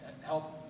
help